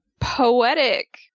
poetic